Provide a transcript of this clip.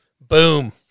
Boom